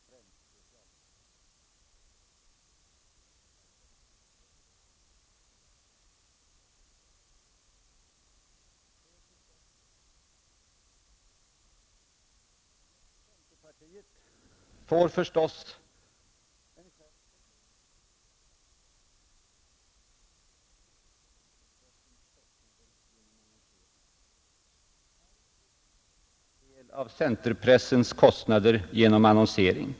Saken blir väl inte heller bättre bara för att borgerliga tidningar skall sköta administrationen och svara för ränteförlusterna. Även centerpartiet får givetvis en skärv på köpet till sina ofta lönsamma veckotidningar till glädje för jordbrukets föreningsrörelse som hitintills fått bära en stor del av centerpressens kostnader genom annonsering.